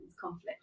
conflict